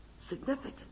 Significant